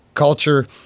culture